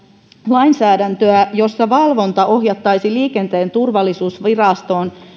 lainsäädäntöä jossa valvonta ohjattaisiin liikenteen turvallisuusvirastoon